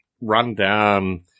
run-down